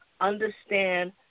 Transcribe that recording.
understand